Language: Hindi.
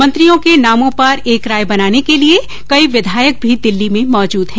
मंत्रियों के नामों पर एक राय बनाने के लिये कई विधायक भी दिल्ली में मौजूद है